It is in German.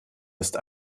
ist